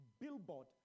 billboard